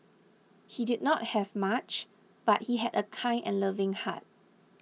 he did not have much but he had a kind and loving heart